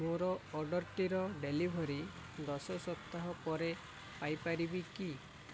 ମୋର ଅର୍ଡ଼ର୍ଟିର ଡେଲିଭରି ଦଶ ସପ୍ତାହ ପରେ ପାଇପାରିବି କି